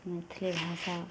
मैथिली भाषा